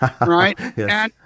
right